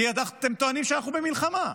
כי אתם טוענים שאנחנו במלחמה.